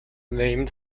named